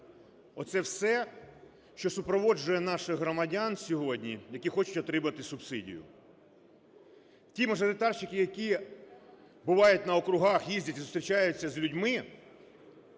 оце все, що супроводжує наших громадян сьогодні, які хочуть отримати субсидію. Ті мажоритарники, які бувають на округах, їздять, зустрічаються з людьми,